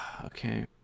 okay